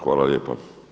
Hvala lijepa.